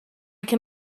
can